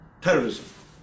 terrorism